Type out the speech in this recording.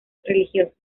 religiosas